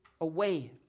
away